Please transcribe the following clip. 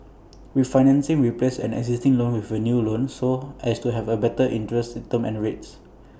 refinancing replaces an existing loan with A new loan so as to have A better interest term and rates